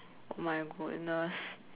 oh my goodness